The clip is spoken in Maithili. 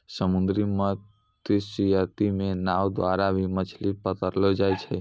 समुन्द्री मत्स्यिकी मे नाँव द्वारा भी मछली पकड़लो जाय छै